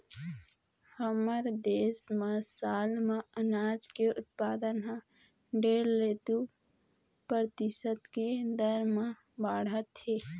हमर देश म साल म अनाज के उत्पादन ह डेढ़ ले दू परतिसत के दर म बाढ़त हे